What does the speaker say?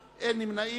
נמנעים.